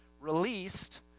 released